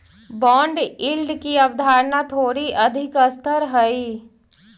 bond yield की अवधारणा थोड़ी अधिक स्तर हई